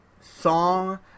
song